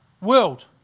world